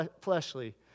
fleshly